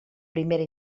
primera